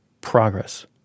progress